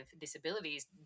disabilities